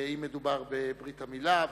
אם מדובר בברית המילה,